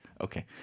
Okay